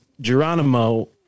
Geronimo